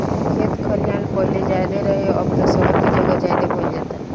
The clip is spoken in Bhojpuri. खेत खलिहान पाहिले ज्यादे रहे, अब त सहर के जगह ज्यादे भईल जाता